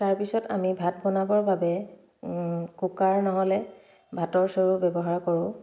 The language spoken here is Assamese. তাৰপিছত আমি ভাত বনাবৰ বাবে কুকাৰ নহ'লে ভাতৰ চৰু ব্যৱহাৰ কৰোঁ